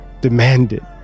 demanded